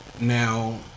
now